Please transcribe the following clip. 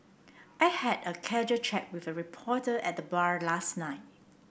I had a casual chat with a reporter at the bar last night